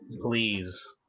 please